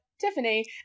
Tiffany